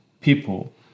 people